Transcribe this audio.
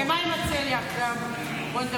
מספיק להיות פעם אחת בשבוע ואתה רואה את זה.